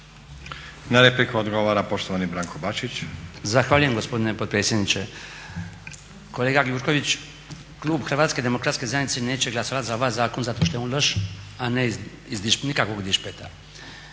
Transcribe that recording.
Na repliku odgovara poštovani Branko Bačić. **Bačić, Branko (HDZ)** Zahvaljujem gospodine potpredsjedniče. Kolega Gjurković, klub HDZ-a neće glasovat za ovaj zakon zato što je on loš a ne iz nikakvog dišpeta.